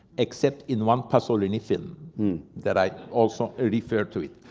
except in one pasolini film that i also refer to it.